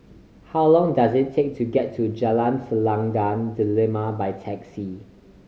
how long does it take to get to Jalan Selendang Delima by taxi